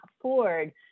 afford